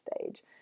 stage